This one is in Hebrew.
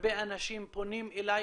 הרבה אנשים פונים אליי,